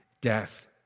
death